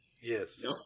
Yes